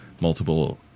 multiple